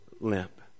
limp